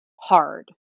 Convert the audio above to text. hard